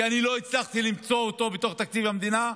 כי אני לא הצלחתי למצוא אותו בתוך תקציב המדינה.